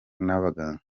n’abaganga